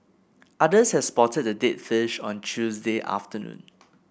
others had spotted the dead fish on Tuesday afternoon